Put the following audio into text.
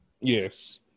Yes